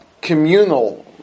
communal